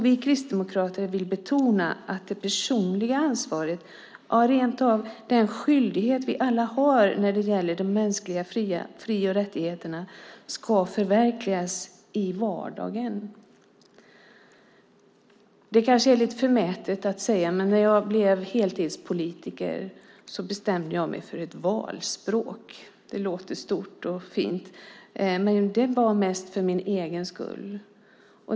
Vi kristdemokrater vill betona det personliga ansvar - ja, rentav den skyldighet - vi alla har när det gäller att förverkliga de mänskliga fri och rättigheterna i vardagen. Det kanske är lite förmätet att säga, men när jag blev heltidspolitiker bestämde jag mig för ett valspråk. Det låter stort och fint, men det var mest för min egen skull.